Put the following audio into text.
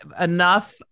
enough